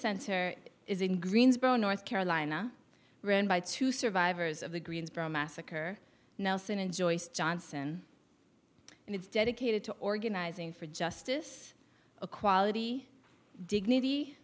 center is in greensboro north carolina ran by two survivors of the greensboro massacre nelson and joyce johnson and it's dedicated to organizing for justice a quality dignity